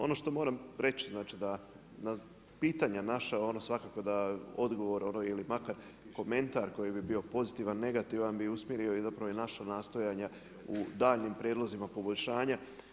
Ono što moram reći, znači da na pitanja naša, ono svakako daje odgovor ili makar komentar, koji bi bio pozitivan, negativan, bi usmjerio zapravo naša nastojanja u daljnjim prijedlozima poboljšanja.